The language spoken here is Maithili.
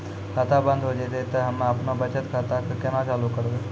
खाता बंद हो जैतै तऽ हम्मे आपनौ बचत खाता कऽ केना चालू करवै?